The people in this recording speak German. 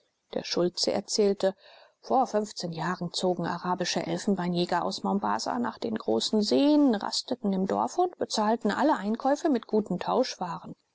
der schulze erzählte vor fünfzehn jahren zogen arabische elfenbeinjäger aus mombassa nach den großen seen rasteten im dorfe und bezahlten alle einkäufe mit guten